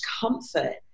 comfort